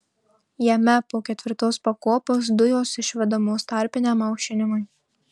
jame po ketvirtos pakopos dujos išvedamos tarpiniam aušinimui